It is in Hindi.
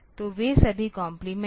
तो वे सभी कॉम्प्लीमेंट हैं